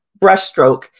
brushstroke